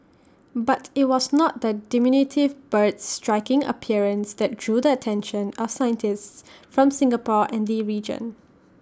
but IT was not the diminutive bird's striking appearance that drew the attention of scientists from Singapore and the region